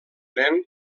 nen